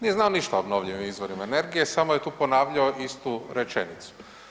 Nije znao ništa o obnovljivim izvorima energije samo je tu ponavljao istu rečenicu.